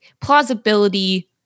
plausibility